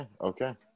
okay